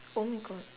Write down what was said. oh my god